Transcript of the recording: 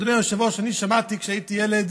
אדוני היושב-ראש, אני שמעתי כשהייתי ילד